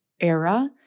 era